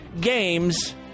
games